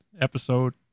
episode